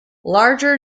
larger